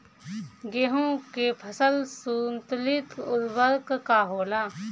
गेहूं के फसल संतुलित उर्वरक का होला?